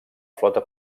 flota